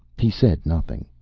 he said nothing.